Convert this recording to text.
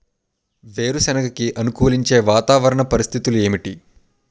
వేరుసెనగ కి అనుకూలించే వాతావరణ పరిస్థితులు ఏమిటి?